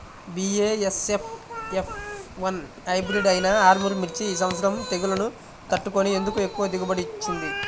BASF F one hybrid అయినా ఆర్ముర్ మిర్చి ఈ సంవత్సరం తెగుళ్లును తట్టుకొని ఎందుకు ఎక్కువ దిగుబడి ఇచ్చింది?